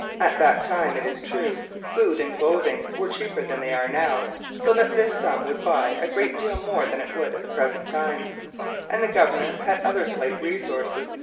at that time, it is true, food and clothing were cheaper than they are now, so that this sum would buy a great deal more than it would at the present time and the governor had other slight resources,